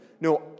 no